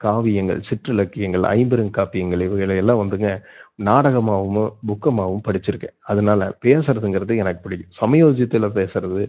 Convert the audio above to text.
காவியங்கள் சிற்றிலக்கியங்கள் ஐம்பெருங்காப்பியங்கள் இவைகளையெல்லாம் வந்துங்க நாடகமாகவும் புக்குமாவும் படிச்சுருக்கேன் அதனால பேசுறதுங்கிறது எனக்கு பிடிக்கும் சமயோஜித்தில் பேசுவது